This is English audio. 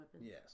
Yes